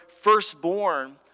firstborn